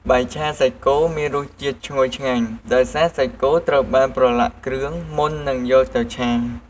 បាយឆាសាច់គោមានរសជាតិឈ្ងុយឆ្ងាញ់ ដោយសារសាច់គោត្រូវបានប្រឡាក់គ្រឿងមុននឹងយកទៅឆា។